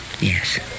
yes